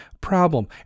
problem